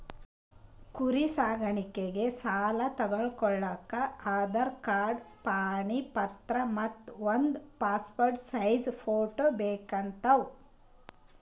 ಕುರಿ ಸಾಕಾಣಿಕೆ ಸಾಲಾ ತಗೋಳಕ್ಕ ಆಧಾರ್ ಕಾರ್ಡ್ ಪಾಣಿ ಪತ್ರ ಮತ್ತ್ ಒಂದ್ ಪಾಸ್ಪೋರ್ಟ್ ಸೈಜ್ ಫೋಟೋ ಬೇಕಾತವ್